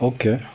Okay